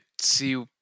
see